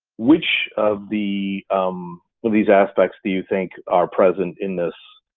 which of the um the these aspects do you think are present in this